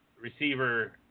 receiver